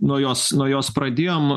nuo jos nuo jos pradėjom